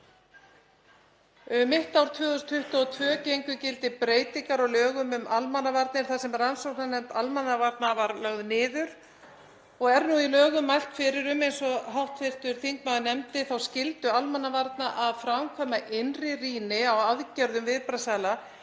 mitt ár 2022 gengu í gildi breytingar á lögum um almannavarnir þar sem rannsóknarnefnd almannavarna var lögð niður og er nú í lögum mælt fyrir um, eins og hv. þingmaður nefndi, þá skyldu almannavarna að framkvæma innri rýni á aðgerðum viðbragðsaðila